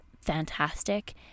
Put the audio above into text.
fantastic